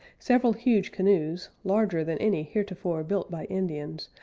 several huge canoes, larger than any heretofore built by indians,